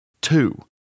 Two